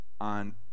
on